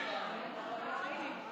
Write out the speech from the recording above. נחליף.